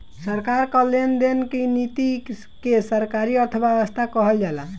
सरकार कअ लेन देन की नीति के सरकारी अर्थव्यवस्था कहल जाला